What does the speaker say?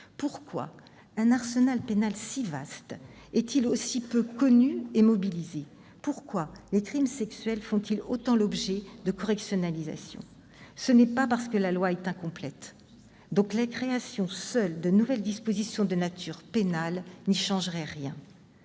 Pourquoi un arsenal pénal si vaste est-il aussi peu connu et mobilisé ? Pourquoi les crimes sexuels font-ils autant l'objet d'une correctionnalisation ? Ce n'est pas parce que la loi est incomplète, et la seule création de nouvelles dispositions de nature pénale n'y changerait rien.